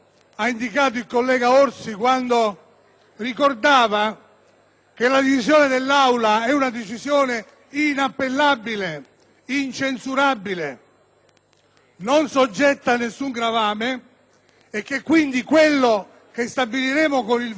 che la decisione dell'Aula è una decisione inappellabile, incensurabile, non soggetta a nessun gravame e che quindi quello che stabiliremo con il voto è qualcosa di definitivo.